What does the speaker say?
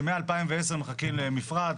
שמ-2010 מחכים למפרט,